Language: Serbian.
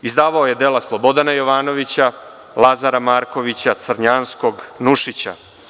Izdavao je dela Slobodana Jovanovića, Lazara Markovića, Crnjanskog, Nušića.